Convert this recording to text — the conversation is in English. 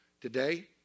Today